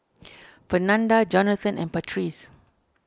Fernanda Johathan and Patrice